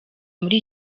muri